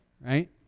right